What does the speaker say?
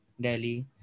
Delhi